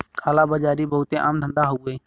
काला बाजारी बहुते आम धंधा हउवे